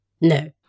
No